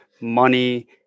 money